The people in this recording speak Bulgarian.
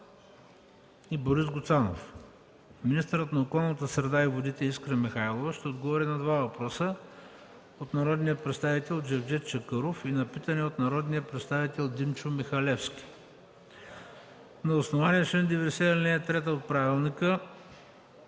от Борис Гуцанов. Министърът на околната среда и водите Искра Михайлова ще отговори на два въпроса от народния представител Джевдет Чакъров и на питане от народния представител Димчо Михалевски. На основание чл. 90, ал. 3 от Правилника